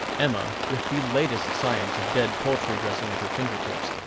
emma, with the latest science of dead-poultry dressing at her finger-tips,